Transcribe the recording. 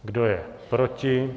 Kdo je proti?